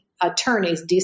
attorneys